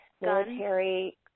military